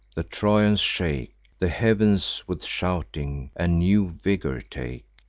the trojans shake the heav'ns with shouting, and new vigor take.